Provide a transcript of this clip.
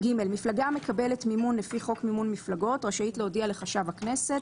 (ג)מפלגה המקבלת מימון לפי חוק מימון מפלגות רשאית להודיע לחשב הכנסת,